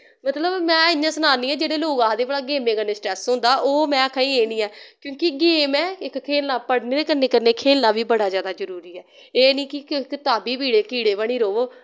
मतलव मैं इ'यां सनां निं ऐ जेह्ड़े लोग आखदे भला गेमें कन्नै स्ट्रेस होंदा ओह् में आक्खा निं एह् निं ऐ क्योंकि गेम ऐ इक खेलना पढ़ने दे कन्ने कन्ने खेलना बी बड़ा जैदा जरूरी ऐ एह् निं कि कताबी कीड़े कीड़े बनी रवो